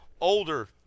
older